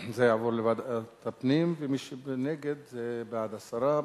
לוועדת הפנים, ומי שנגד, זה בעד הסרה.